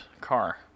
car